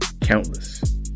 Countless